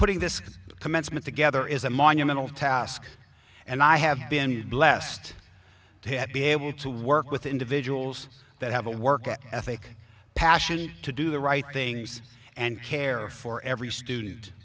putting this commencement together is a monumental task and i have been blessed to be able to work with individuals that have a work ethic passion to do the right things and care for every student